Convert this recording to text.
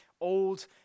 old